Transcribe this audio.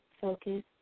focus